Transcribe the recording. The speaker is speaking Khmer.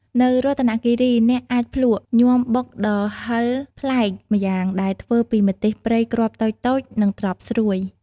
នៅរតនគិរី អ្នកអាចភ្លក់ញាំបុកដ៏ហិរប្លែកម្យ៉ាង ដែលធ្វើពីម្ទេសព្រៃគ្រាប់តូចៗ និងត្រប់ស្រួយ។